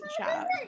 chat